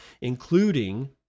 including